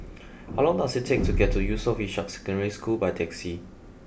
how long does it take to get to Yusof Ishak Secondary School by taxi